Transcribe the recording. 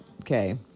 okay